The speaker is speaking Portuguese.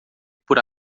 por